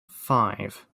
five